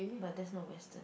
but that's not Western